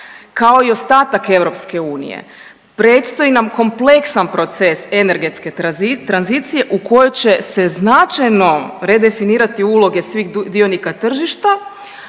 kao i ostatak EU, predstoji nam kompleksan proces energetske tranzicije u kojoj će se značajno redefinirati uloge svih dionika tržišta,